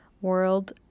world